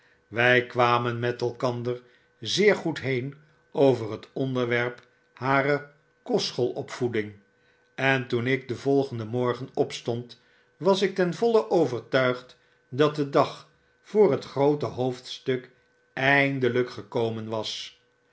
wg kwamen met elkander zeer goed heen over het onderwerp harer kostschoolopvoeding en toen ik den volgenden morgen opstond was ik ten voile overtuigd dat de dag voor het groote hoofdstuk eindelgkgekomen was